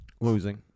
Losing